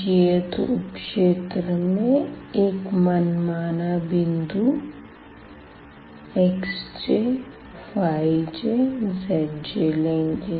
j'th उप क्षेत्र में एक मनमाना बिंदु xjyjzj लेंगे